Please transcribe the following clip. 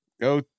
Go